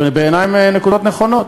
בעיני הן נקודות נכונות.